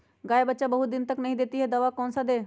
गाय बच्चा बहुत बहुत दिन तक नहीं देती कौन सा दवा दे?